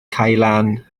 ceulan